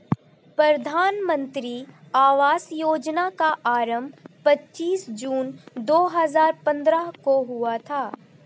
प्रधानमन्त्री आवास योजना का आरम्भ पच्चीस जून दो हजार पन्द्रह को हुआ था